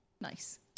Nice